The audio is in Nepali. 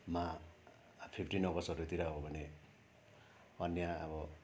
मा फिफ्टिन अगस्टहरूतिर हो भने अन्य अब